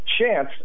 chance